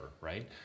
right